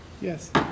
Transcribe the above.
Yes